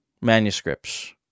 manuscripts